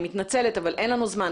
אני מתנצלת, אבל אין לנו זמן.